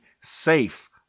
safe